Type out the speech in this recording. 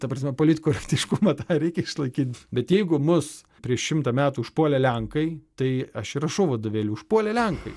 ta prasme polit korektiškumą tą reikia išlaikyt bet jeigu mus prieš šimtą metų užpuolė lenkai tai aš rašau vadovėly užpuolė lenkai